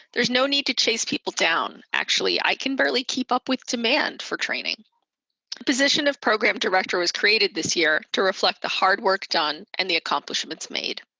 there's no need to chase people down. actually, i can barely keep up with demand for training. the position of program director was created this year to reflect the hard work done and the accomplishments made.